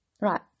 Right